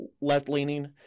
left-leaning